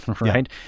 right